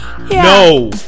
No